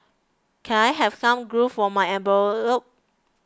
can I have some glue for my envelopes